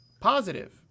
positive